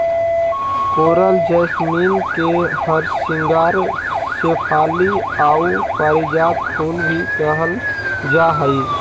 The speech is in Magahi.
कोरल जैसमिन के हरसिंगार शेफाली आउ पारिजात फूल भी कहल जा हई